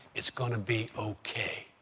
it's going to be ok.